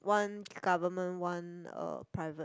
one government one uh private